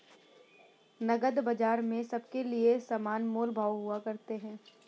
नकद बाजार में सबके लिये समान मोल भाव हुआ करते हैं